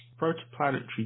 protoplanetary